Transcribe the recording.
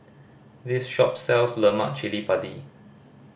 this shop sells lemak cili padi